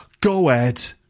go-ed